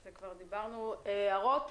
יש הערות?